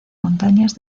montañas